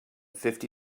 fifty